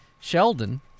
Sheldon